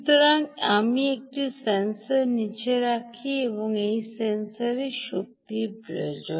সুতরাং আমি একটি সেন্সর নিচে রাখি একটি সেন্সরের শক্তি প্রয়োজন